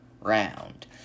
round